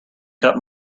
cut